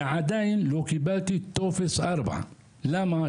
ועדיין לא קיבלתי טופס 4. למה?